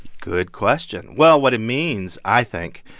good question. well, what it means, i think,